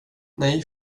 nej